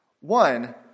One